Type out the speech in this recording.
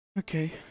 Okay